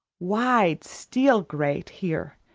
wide steel grate here,